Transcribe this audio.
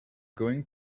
going